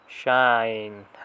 shine